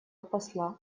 посла